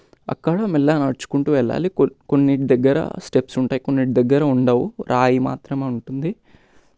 అక్కడ మెల్లగా నడుచుకుంటు వెళ్ళాలి కొన్ని కొన్నింటి దగ్గర స్టెప్స్ ఉంటాయి కొన్నింటి దగ్గర ఉండవు రాయి మాత్రమే ఉంటుంది